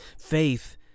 Faith